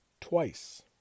twice